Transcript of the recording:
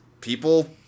people